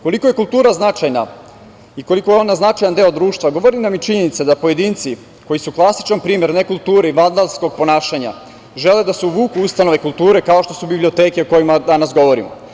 Koliko je kultura značajna i koliko je značajan deo društva govori nam i činjenica da pojedinci, koji su klasičan primer nekulture i vandalskog ponašanja, žele da se uvuku u ustanove kulture kao što su biblioteke o kojima danas govorimo.